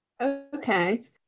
Okay